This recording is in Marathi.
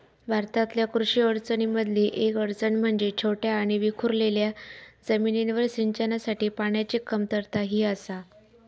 भारतातल्या कृषी अडचणीं मधली येक अडचण म्हणजे छोट्या आणि विखुरलेल्या जमिनींवर सिंचनासाठी पाण्याची कमतरता ही आसा